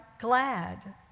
glad